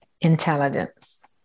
intelligence